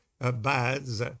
abides